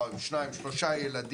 כל משפחה הגיעה עם שניים או שלושה ילדים,